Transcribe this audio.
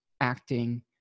acting